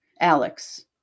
Alex